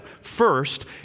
first